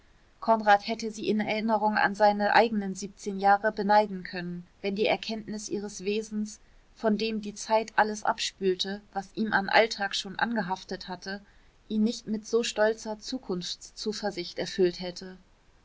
konrad hätte sie in erinnerung an seine eigenen siebzehn jahre beneiden können wenn die erkenntnis ihres wesens von dem die zeit alles abspülte was ihm an alltag schon angehaftet hatte ihn nicht mit so stolzer zukunftszuversicht erfüllt hätte